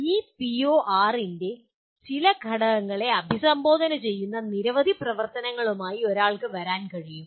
ഈ പിഒ6 ന്റെ ചില ഘടകങ്ങളെ അഭിസംബോധന ചെയ്യുന്ന നിരവധി പ്രവർത്തനങ്ങളുമായി ഒരാൾക്ക് വരാൻ കഴിയും